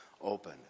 open